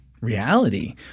reality